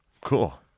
Cool